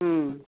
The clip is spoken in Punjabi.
ਹੁੰ